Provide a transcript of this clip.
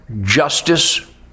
justice